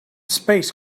space